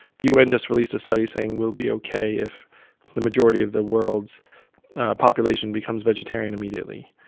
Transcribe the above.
the u n. just released a study saying we'll be ok if the majority of the world's population becomes vegetarian immediately.